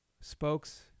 spokes